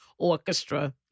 Orchestra